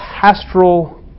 pastoral